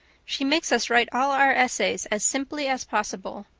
she makes us write all our essays as simply as possible.